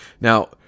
Now